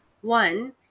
One